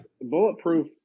bulletproof